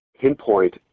pinpoint